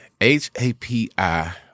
H-A-P-I